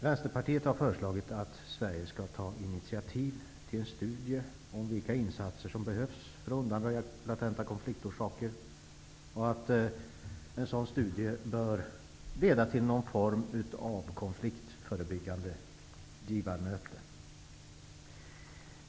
Vänsterpartiet har föreslagit att Sverige skall ta initiativ till en studie om vilka insatser som behövs för att undanröja latenta konfliktorsaker, och en sådan studie bör leda till någon form av konfliktförebyggande givarmöte.